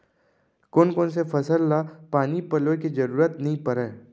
कोन कोन से फसल ला पानी पलोय के जरूरत नई परय?